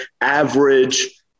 average